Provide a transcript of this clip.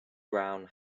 brown